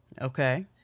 Okay